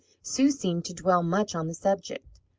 sue seemed to dwell much on the subject.